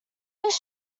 his